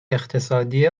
اقتصادی